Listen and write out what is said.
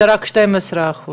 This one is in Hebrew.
זה רק 12 אחוזים?